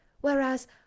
whereas